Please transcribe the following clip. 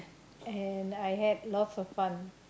and I had lots of fun